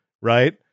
right